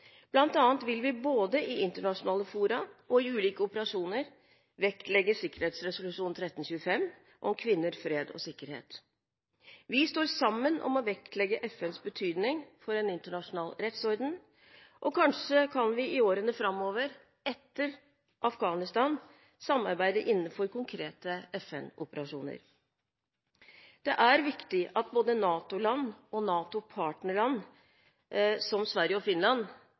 vil vi både i internasjonale fora og i ulike operasjoner vektlegge sikkerhetsresolusjon 1325 om kvinner, fred og sikkerhet. Vi står sammen om å vektlegge FNs betydning for en internasjonal rettsorden, og kanskje kan vi i årene framover – etter Afghanistan – samarbeide innenfor konkrete FN-operasjoner. Det er viktig at både NATO-land og NATO-partnerland, som Sverige og Finland